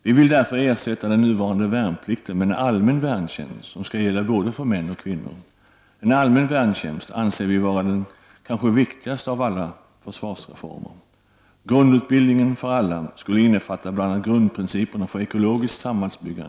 Vi vill därför ersätta den nuvarande värnplikten med en allmän värntjänst som skall gälla både för män och kvinnor. En allmän värntjänst anser vi vara den kanske viktigaste av försvarsreformer.